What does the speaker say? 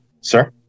sir